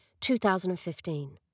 2015